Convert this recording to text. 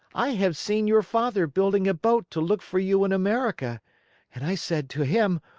i have seen your father building a boat to look for you in america and i said to him,